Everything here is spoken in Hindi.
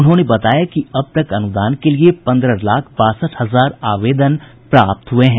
उन्होंने बताया कि अब तक अनुदान के लिए पन्द्रह लाख बासठ हजार आवेदन प्राप्त हुये हैं